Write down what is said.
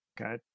okay